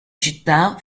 città